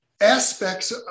aspects